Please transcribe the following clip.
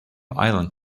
island